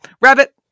rabbit